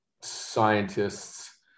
scientists